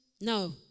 no